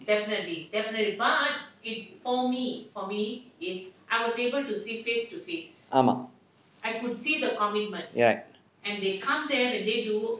ஆமாம்:aamaam right